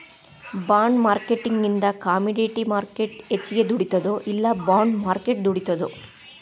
ಬಾಂಡ್ಮಾರ್ಕೆಟಿಂಗಿಂದಾ commodity market ಹೆಚ್ಗಿ ದುಡಿತದೊ ಇಲ್ಲಾ ಬಾಂಡ್ ಮಾರ್ಕೆಟ್ ದುಡಿತದೊ?